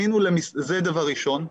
זה דבר ראשון.